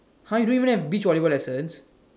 !huh! you don't even have beach volleyball lessons